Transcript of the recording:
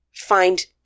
find